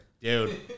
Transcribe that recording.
Dude